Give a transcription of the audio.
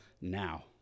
now